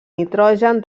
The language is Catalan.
nitrogen